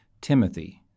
Timothy